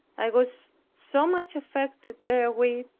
i was so much affected therewith,